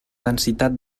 densitat